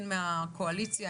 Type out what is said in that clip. אופוזיציה וקואליציה,